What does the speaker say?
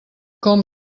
com